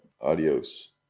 adios